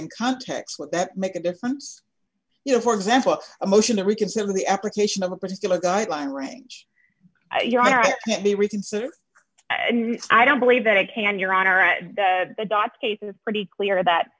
and context would that make a difference you know for example a motion to reconsider the application of a particular guideline range your right to be reconsidered and i don't believe that i can your honor that the dots case is pretty clear that